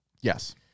Yes